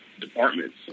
departments